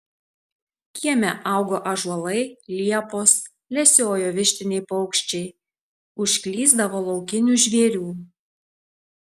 kieme augo ąžuolai liepos lesiojo vištiniai paukščiai užklysdavo laukinių žvėrių